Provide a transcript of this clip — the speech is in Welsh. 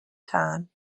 tân